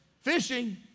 fishing